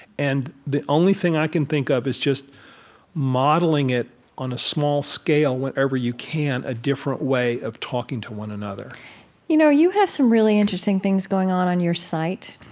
and the only thing i can think of is just modeling it on a small scale wherever you can a different way of talking to one another you know you have some really interesting things going on on your site,